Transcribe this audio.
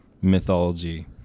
mythology